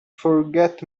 forget